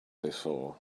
before